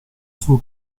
suo